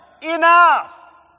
enough